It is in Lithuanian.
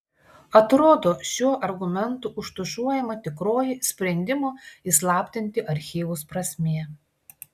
atrodo šiuo argumentu užtušuojama tikroji sprendimo įslaptinti archyvus prasmė